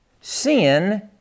Sin